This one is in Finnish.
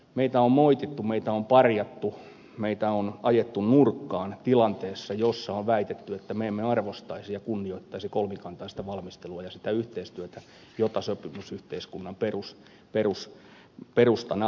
meitä on moitittu meitä on parjattu meitä on ajettu nurkkaan tilanteessa jossa on väitetty että me emme arvostaisi ja kunnioittaisi kolmikantaista valmistelua ja sitä yhteistyötä sopimusyhteiskunnan perustana